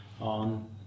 on